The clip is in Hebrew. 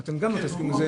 אתם גם לא תסכימו לזה,